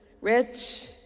rich